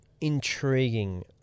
intriguing